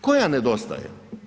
Koja nedostaje?